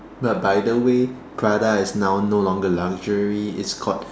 but by the way Prada is now no longer luxury it's called